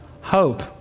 hope